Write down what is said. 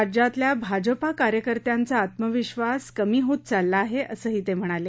राज्यातल्या भाजपा कार्यकर्त्यांचा आत्मविश्वास कमी होत चालला आहे असंही ते म्हणाले